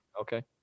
Okay